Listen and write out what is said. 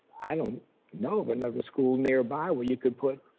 i don't know of another school nearby where you could put,